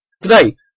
Today